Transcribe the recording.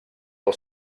els